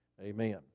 Amen